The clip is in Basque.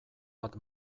bat